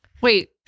wait